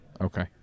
Okay